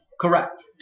Correct